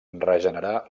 regenerar